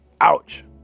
ouch